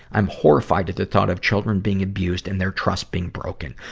i'm horrified at the thought of children being abused and their trust being broken,